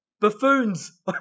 buffoons